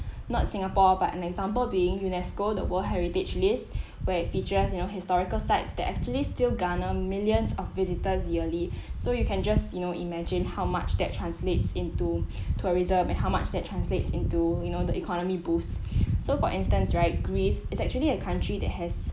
not singapore but an example being UNESCO the world heritage list where it features you know historical sites that actually still garner millions of visitors yearly so you can just you know imagine how much that translates into tourism and how much that translates into you know the economy boost so for instance right greece it's actually a country that has